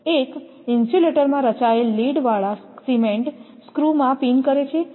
એક ઇન્સ્યુલેટરમાં રચાયેલ લીડવાળા સીમેન્ટ સ્ક્રૂમાં પિન કરે છે